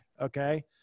okay